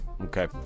okay